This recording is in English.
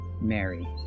mary